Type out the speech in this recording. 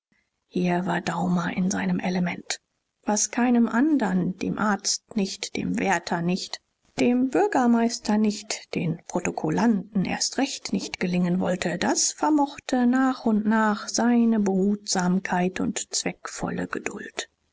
hier war daumer in seinem element was keinem andern dem arzt nicht dem wärter nicht dem bürgermeister nicht den protokollanten erst recht nicht gelingen wollte das vermochte nach und nach seine behutsamkeit und zweckvolle geduld